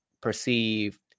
perceive